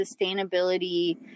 sustainability